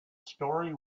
story